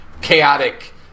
chaotic